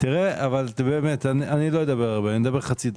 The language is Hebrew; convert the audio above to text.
אני לא אדבר הרבה, אני אדבר חצי דקה.